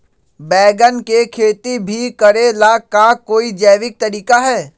बैंगन के खेती भी करे ला का कोई जैविक तरीका है?